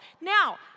Now